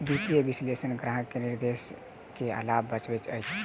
वित्तीय विशेलषक ग्राहक के निवेश के लाभ बतबैत अछि